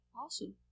Awesome